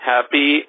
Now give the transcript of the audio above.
Happy